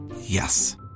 Yes